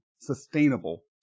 sustainable